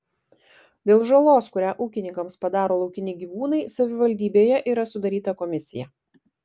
dėl žalos kurią ūkininkams padaro laukiniai gyvūnai savivaldybėje yra sudaryta komisija